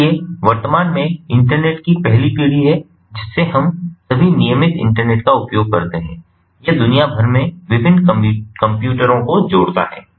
इसलिए वर्तमान में इंटरनेट की पहली पीढ़ी है जिससे हम सभी नियमित इंटरनेट का उपयोग करते हैं यह दुनिया भर में विभिन्न कंप्यूटरों को जोड़ता है